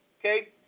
Okay